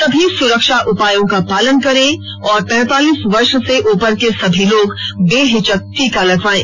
सभी सुरक्षा उपायों का पालन करें और पैंतालीस वर्ष से उपर के सभी लोग बेहिचक टीका लगवायें